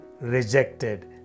rejected